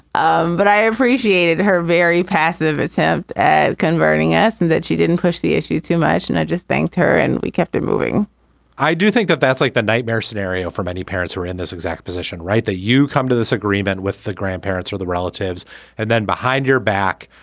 um but i appreciated her very passive attempt at converting us and that she didn't push the issue too much. and i just thanked her and we kept it moving i do think that that's like the nightmare scenario for many parents who are in this exact position. right, that you come to this agreement with the grandparents or the relatives and then behind your back,